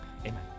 Amen